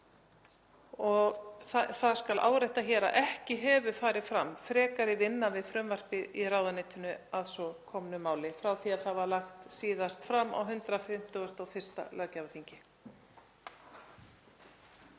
Það skal áréttað hér að ekki hefur farið fram frekari vinna við frumvarpið í ráðuneytinu að svo komnu máli frá því að það var lagt síðast fram á 151. löggjafarþingi.